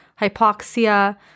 hypoxia